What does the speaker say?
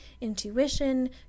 intuition